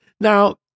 Now